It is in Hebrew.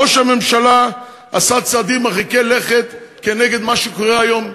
ראש הממשלה עשה צעדים מרחיקי לכת נגד מה שקורה היום.